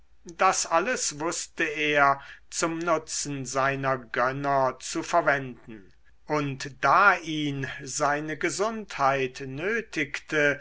das alles wußte er zum nutzen seiner gönner zu verwenden und da ihn seine gesundheit nötigte